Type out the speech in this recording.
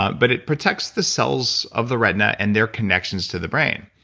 ah but it protects the cells of the retina and their connections to the brain.